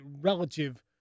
relative